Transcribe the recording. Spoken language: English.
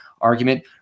argument